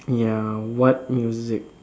ya what music